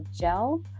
gel